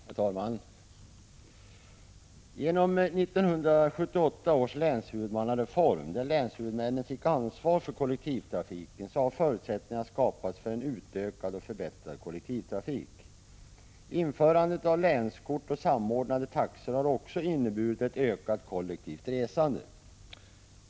Herr talman! Genom 1978 års länshuvudmannareform, där länshuvudmännen fick ansvar för kollektivtrafiken, har förutsättningar skapats för en utökad och förbättrad kollektivtrafik. Införandet av länskort och samordnade taxor har också inneburit ett ökat kollektivt resande.